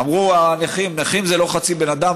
אמרו הנכים: נכים זה לא חצי בן אדם,